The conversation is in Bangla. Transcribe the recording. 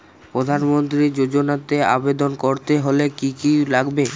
প্রধান মন্ত্রী যোজনাতে আবেদন করতে হলে কি কী লাগবে?